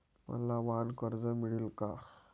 मला वाहनकर्ज मिळेल का?